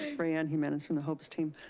brianne humanis from the hopes team.